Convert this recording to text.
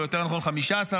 או יותר נכון 15 אנשים,